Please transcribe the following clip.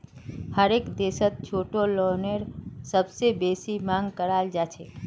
हरेक देशत छोटो लोनेर सबसे बेसी मांग कराल जाछेक